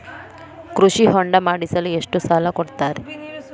ಕೃಷಿ ಹೊಂಡ ಮಾಡಿಸಲು ಎಷ್ಟು ಸಾಲ ಕೊಡ್ತಾರೆ?